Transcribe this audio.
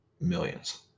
millions